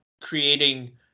creating